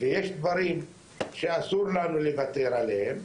ויש דברים שאסור לנו לוותר עליהם,